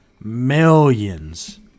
millions